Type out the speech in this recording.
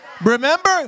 remember